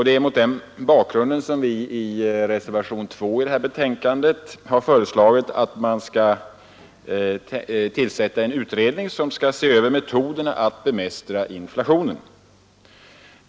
Det är mot den bakgrunden som vi i reservationen 2 föreslagit att man skall tillsätta en utredning som skall se över metoderna att bemästra inflationen.